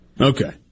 Okay